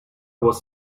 was